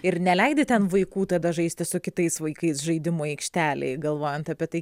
ir neleidi ten vaikų tada žaisti su kitais vaikais žaidimų aikštelėj galvojant apie tai